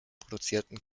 produzierten